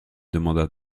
demanda